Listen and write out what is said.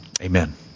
Amen